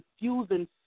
confusing